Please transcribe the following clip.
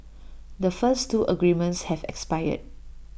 the first two agreements have expired